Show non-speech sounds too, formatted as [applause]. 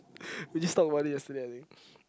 [laughs] we just talked about this yesterday I think